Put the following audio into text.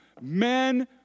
men